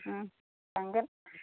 थांगोन